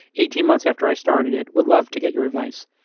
eighteen months after i started it. would love to get your advice.